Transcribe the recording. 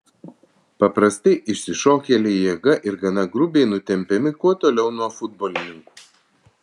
paprastai išsišokėliai jėga ir gana grubiai nutempiami kuo toliau nuo futbolininkų